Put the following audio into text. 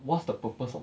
what's the purpose of